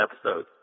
episode